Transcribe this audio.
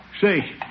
Say